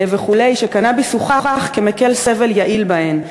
שקנאביס הוכח כמקל סבל יעיל בהן.